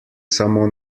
samo